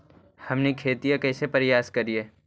हमनी खेतीया कइसे परियास करियय?